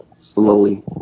Slowly